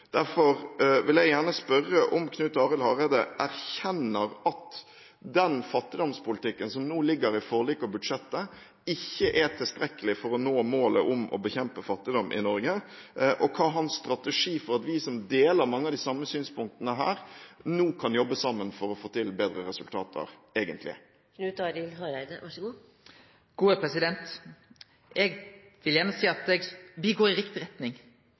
Derfor vil jeg gjerne spørre om Knut Arild Hareide erkjenner at den fattigdomspolitikken som nå ligger i forliket og i budsjettet, ikke er tilstrekkelig for å nå målet om å bekjempe fattigdom i Norge, og hva hans strategi egentlig er for at vi som deler mange av de samme synspunktene her, nå kan jobbe sammen for å få til bedre resultater.